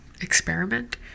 Experiment